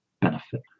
benefit